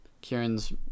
Kieran's